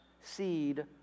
seed